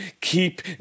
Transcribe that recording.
keep